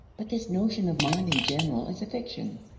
but this notion of mind in general is a fiction.